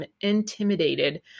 intimidated